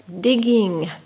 digging